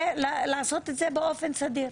ולעשות את זה באופן סדיר.